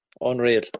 unreal